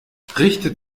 richtet